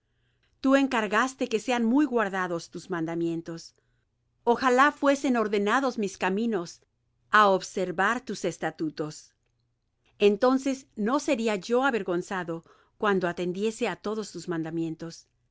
tú encargaste que sean muy guardados tus mandamientos ojalá fuesen ordenados mis caminos a observar tus estatutos entonces no sería yo avergonzado cuando atendiese á todos tus mandamientos